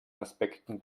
aspekten